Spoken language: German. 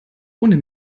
ohne